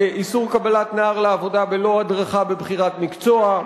איסור קבלת נער לעבודה בלא הדרכה בבחירת מקצוע,